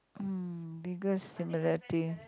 mm biggest similarity